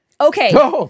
Okay